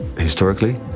historically,